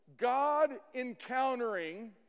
God-encountering